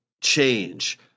change